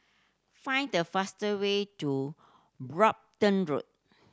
find the fast way to Brompton Road